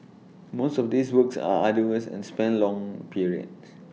most of these works are arduous and span long periods